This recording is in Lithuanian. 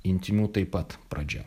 intymių taip pat pradžia